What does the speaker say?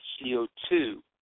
CO2